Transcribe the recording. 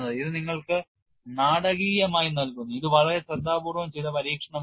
ഇത് നിങ്ങൾക്ക് നാടകീയമായി നൽകുന്നു ഇത് വളരെ ശ്രദ്ധാപൂർവ്വം ചെയ്ത പരീക്ഷണമാണ്